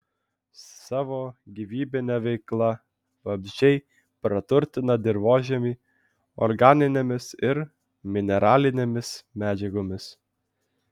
savo gyvybine veikla vabzdžiai praturtina dirvožemį organinėmis ir mineralinėmis medžiagomis